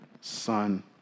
son